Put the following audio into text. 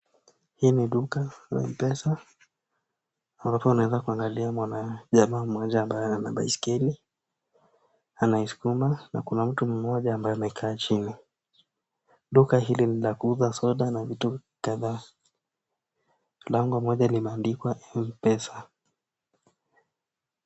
Hii ni duka la M-pesa, alafu unaweza kuangalia mwanajamaa mmoja ambaye ana baiskeli anaiskuma, na kuna mtu mmoja ambaye amekaa chini. Duka hili ni za kuuza soda na vitu kadhaa. Lango moja limeandikwa M-pesa.